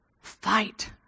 Fight